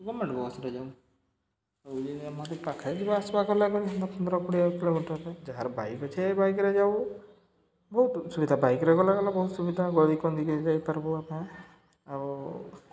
government ବସ୍ରେ ଯାଉଁ ଆଉ ଆମର୍ ଇ ପାଖେ ଯିବା ଆସ୍ବା କଲା ପନ୍ଦ୍ର କୁଡ଼େ କିଲୋମିଟର୍ରେ ଯାହାର୍ ବାଇକ୍ ଅଛେ ବାଇକ୍ରେ ଯାଉ ବହୁତ୍ ସୁୁବିଧା ବାଇକ୍ରେ ଗଲେ ଗଲା ବହୁତ୍ ସୁବିଧା ଗଦିକନ୍ଦିକେ ଯାଇପାରବୁ ଆମେ ଆଉ